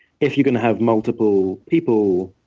if you're going to have multiple people